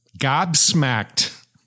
gobsmacked